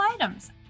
items